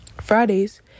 Fridays